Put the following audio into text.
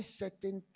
certain